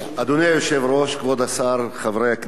אדוני היושב-ראש, כבוד השר, חברי הכנסת,